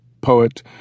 poet